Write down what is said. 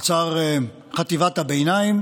חצר חטיבת הביניים: